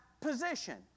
position